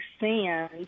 sand